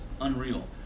unreal